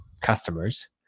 customers